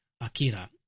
Akira